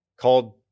called